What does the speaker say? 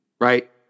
right